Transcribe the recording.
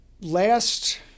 last